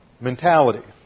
mentality